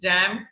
Jam